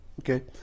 Okay